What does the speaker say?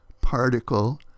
particle